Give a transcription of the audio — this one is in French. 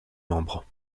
membres